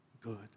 good